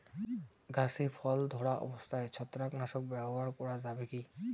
গাছে ফল ধরা অবস্থায় ছত্রাকনাশক ব্যবহার করা যাবে কী?